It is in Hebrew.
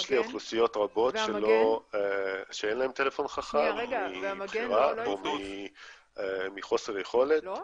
יש לי אוכלוסיות רבות שאין להן טלפון חכם מבחירה ומחוסר יכולת.